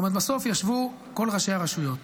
בסוף, ישבו כל ראשי הרשויות